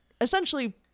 essentially